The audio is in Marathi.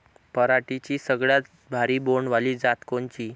पराटीची सगळ्यात भारी बोंड वाली जात कोनची?